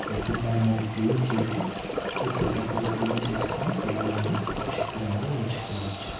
అప్పుడు మనమది క్లీన్ చేసి ఎప్పటికప్పుడు క్లీన్ చేసుకుని పిల్లలను పరిశుభ్రంగా ఉంచుకోవచ్చు